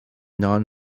non